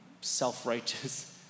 self-righteous